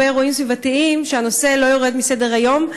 אירועים סביבתיים שהנושא לא יורד מסדר-היום,